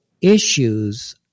issues